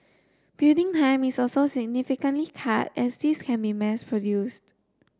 building time is also significantly cut as these can be mass produced